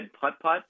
putt-putt